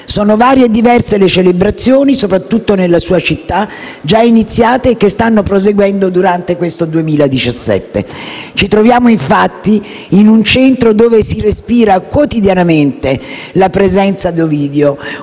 Sono varie e diverse le celebrazioni, soprattutto nella sua città, già iniziate e che stanno proseguendo durante questo 2017. Ci troviamo, infatti, in un centro dove si respira quotidianamente la presenza di Ovidio,